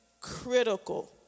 critical